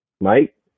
Mike